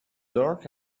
dark